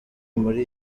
muri